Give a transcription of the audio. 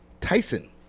tyson